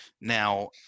now